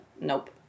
nope